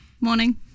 Morning